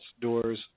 doors